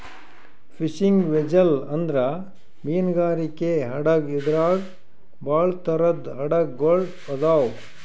fishing vessel ಅಂದ್ರ ಮೀನ್ಗಾರಿಕೆ ಹಡಗ್ ಇದ್ರಾಗ್ ಭಾಳ್ ಥರದ್ ಹಡಗ್ ಗೊಳ್ ಅದಾವ್